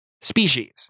species